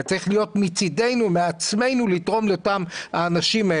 זה צריך להיות מצידנו, מעצמנו, לתרום לאותם אנשים.